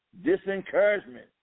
disencouragement